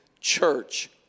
church